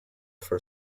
for